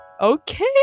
okay